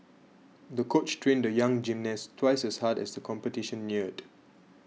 the coach trained the young gymnast twice as hard as the competition neared